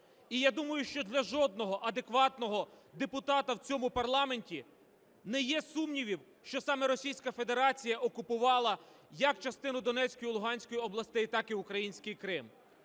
І я думаю, що для жодного адекватного депутата в цьому парламенті не є сумнівів, що саме Російська Федерація окупувала як частину Донецької і Луганської областей, так і український Крим.